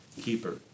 keeper